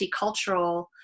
multicultural